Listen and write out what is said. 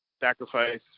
sacrifice